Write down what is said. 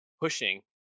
pushing